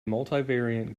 multivariate